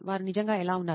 వారు నిజంగా ఎలా ఉన్నారు